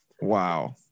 wow